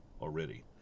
already